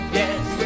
yes